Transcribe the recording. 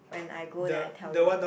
when I go then I tell you